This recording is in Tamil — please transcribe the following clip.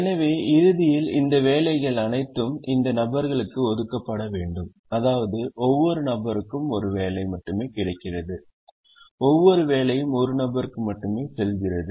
எனவே இறுதியில் இந்த வேலைகள் அனைத்தும் இந்த நபர்களுக்கு ஒதுக்கப்பட வேண்டும் அதாவது ஒவ்வொரு நபருக்கும் ஒரு வேலை மட்டுமே கிடைக்கிறது ஒவ்வொரு வேலையும் ஒரு நபருக்கு மட்டுமே செல்கிறது